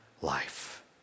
life